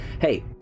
hey